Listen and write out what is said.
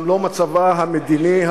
גם לא מצבה המדיני,